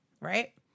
right